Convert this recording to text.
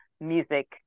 music